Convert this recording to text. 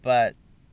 but